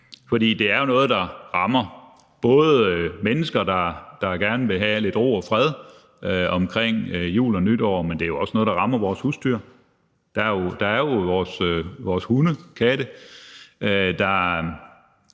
for det er jo noget, der både rammer mennesker, der gerne vil have lidt ro og fred omkring jul og nytår, men det er også noget, der rammer vores husdyr. Der er jo mange hunde og katte, der